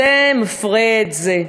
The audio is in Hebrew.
זה מפרה את זה.